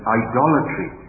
idolatry